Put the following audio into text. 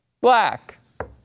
black